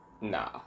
Nah